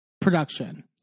production